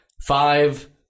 five